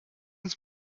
uns